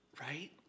Right